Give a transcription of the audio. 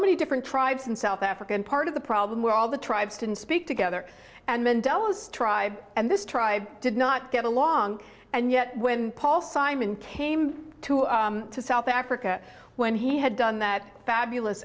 many different tribes in south africa and part of the problem where all the tribes didn't speak together and mandela's tribe and this tribe did not get along and yet when paul simon came to south africa when he had done that fabulous